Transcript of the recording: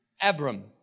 Abram